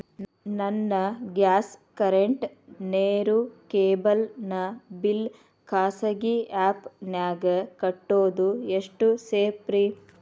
ನನ್ನ gas current, ನೇರು, cable ನ ಬಿಲ್ ಖಾಸಗಿ ಆ್ಯಪ್ ನ್ಯಾಗ್ ಕಟ್ಟೋದು ಎಷ್ಟು ಸೇಫ್ರಿ?